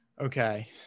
okay